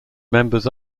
members